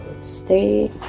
stay